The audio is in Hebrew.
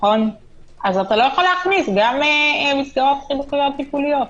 אתה לא יכול להכניס גם מסגרות חינוכיות טיפוליות.